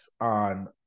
on